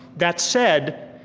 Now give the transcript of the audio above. that said,